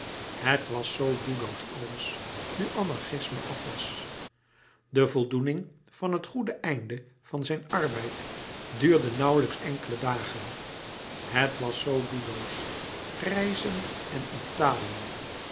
het was zoo doelloos alles nu anarchisme af was de voldoening van het goede einde van zijn arbeid duurde nauwlijks enkele dagen het was zoo doelloos reizen en italië